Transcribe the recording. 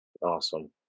Awesome